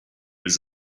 was